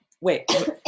wait